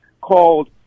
called